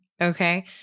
Okay